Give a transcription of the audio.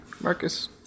Marcus